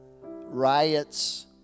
riots